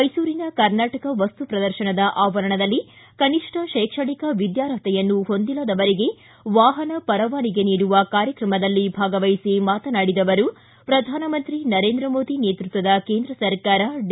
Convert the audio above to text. ಮೈಸೂರಿನ ಕರ್ನಾಟಕ ವಸ್ತು ಪ್ರದರ್ಶನದ ಆವರಣದಲ್ಲಿ ಕನಿಷ್ಠ ಕೈಕ್ಷಣಿಕ ವಿದ್ಯಾರ್ಹತೆಯನ್ನು ಹೊಂದಿಲ್ಲದವರಿಗೆ ವಾಪನ ಪರವಾನಗಿ ನೀಡುವ ಕಾರ್ಯಕ್ರಮದಲ್ಲಿ ಭಾಗವಹಿಸಿ ಮಾತನಾಡಿದ ಅವರು ಪ್ರಧಾನಮಂತ್ರಿ ನರೇಂದ್ರ ಮೋದಿ ನೇತೃತ್ವದ ಕೇಂದ್ರ ಸರ್ಕಾರ ಡಿ